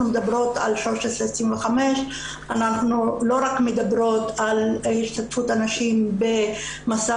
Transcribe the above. מדברות על 1325 אנחנו לא רק מדברות על השתתפות הנשים במשא